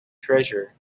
treasure